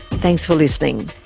thanks for listening